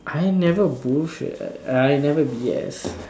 I never bullshit I never B S